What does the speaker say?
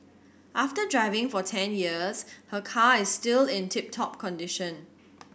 after driving for ten years her car is still in tip top condition